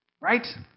Right